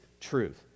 truth